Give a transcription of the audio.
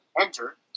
Enter